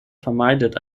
vermeidet